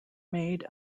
made